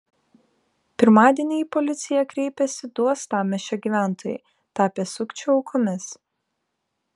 pirmadienį į policiją kreipėsi du uostamiesčio gyventojai tapę sukčių aukomis